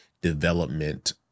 development